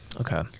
Okay